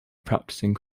practicing